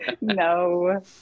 No